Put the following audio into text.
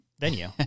venue